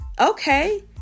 Okay